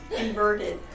inverted